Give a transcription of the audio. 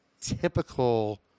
typical